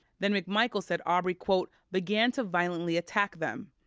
then, mcmichael said arbery quote began to violently attack them.